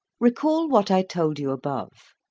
recall what i told you above.